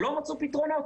שלא מצאו פתרונות?